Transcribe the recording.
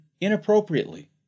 inappropriately